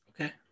Okay